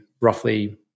roughly